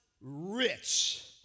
rich